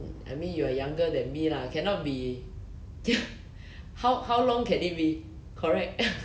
I mean you are younger than me lah cannot be how how long can it be correct